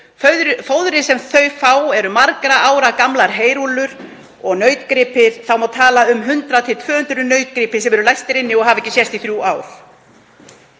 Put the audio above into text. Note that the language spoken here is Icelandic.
Fóðrið sem þau fá eru margra ára gamlar heyrúllur. Þá á eftir að tala um þá 100–200 nautgripi sem eru læstir inni og hafa ekki sést í þrjú ár.“